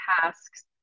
tasks